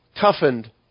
toughened